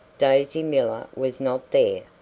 daisy miller was not there,